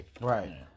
Right